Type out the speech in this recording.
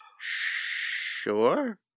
Sure